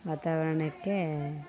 ವಾತಾವರಣಕ್ಕೆ